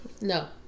No